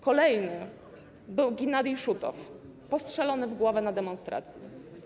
Kolejny był Giennadij Szutow, postrzelony w głowę na demonstracji.